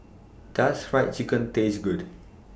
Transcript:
Does Fried Chicken Taste Good